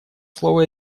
слово